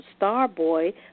Starboy